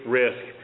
risk